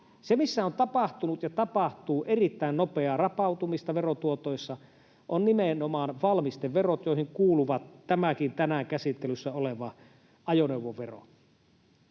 Se, missä on tapahtunut ja tapahtuu erittäin nopeaa rapautumista verotuotoissa, on nimenomaan valmisteverot, joihin kuuluu tämäkin tänään käsittelyssä oleva ajoneuvovero.